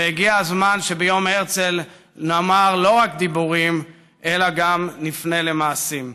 והגיע הזמן שביום הרצל לא רק נאמר דיבורים אלא גם נפנה למעשים.